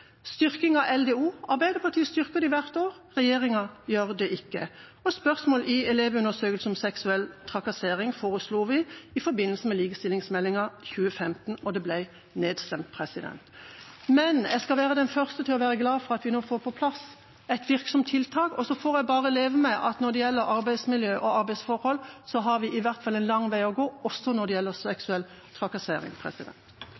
styrking av LDO, Likestillings- og diskrimineringsombudet: Arbeiderpartiet styrker det hvert år, regjeringa gjør det ikke. Spørsmål i Elevundersøkelsen om seksuell trakassering foreslo vi – sammen med Kristelig Folkeparti – i forbindelse med likestillingsmeldingen, Meld. St. 7 for 2015–2016. Det ble nedstemt. Men jeg skal være den første til å være glad for at vi nå får på plass et virksomt tiltak. Så får jeg bare leve med at når det gjelder arbeidsmiljø og arbeidsforhold, har vi i hvert fall en lang vei å gå også når det gjelder